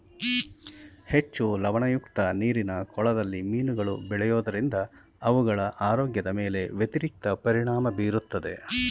ಹೆಚ್ಚು ಲವಣಯುಕ್ತ ನೀರಿನ ಕೊಳದಲ್ಲಿ ಮೀನುಗಳು ಬೆಳೆಯೋದರಿಂದ ಅವುಗಳ ಆರೋಗ್ಯದ ಮೇಲೆ ವ್ಯತಿರಿಕ್ತ ಪರಿಣಾಮ ಬೀರುತ್ತದೆ